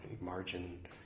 margin